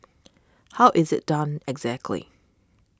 how is it done exactly